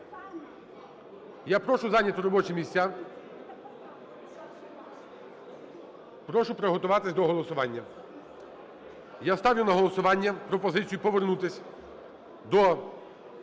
Я прошу зайняти робочі місця, прошу приготуватися до голосування. Я ставлю на голосування пропозицію повернутися до розгляду